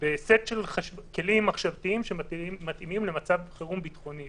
בסט של כלים מחשבתיים שמתאימים למצב חירום ביטחוני.